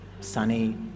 sunny